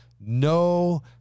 no